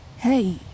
Hey